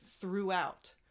throughout